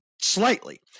slightly